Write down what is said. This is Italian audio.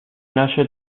nasce